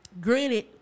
granted